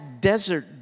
desert